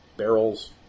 Barrels